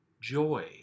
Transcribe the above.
joy